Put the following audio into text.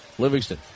Livingston